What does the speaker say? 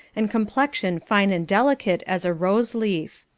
and complexion fine and delicate as a rose-leaf.